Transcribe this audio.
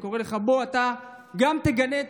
אני קורא לך: בוא גם אתה תגנה את